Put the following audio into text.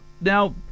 now